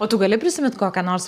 o tu gali prisimint kokią nors